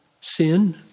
sin